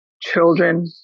children